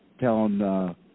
Telling